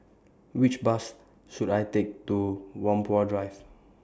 Which Bus should I Take to Whampoa Drive